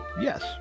yes